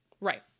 Right